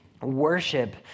worship